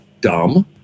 dumb